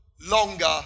longer